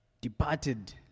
departed